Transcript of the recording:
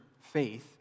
faith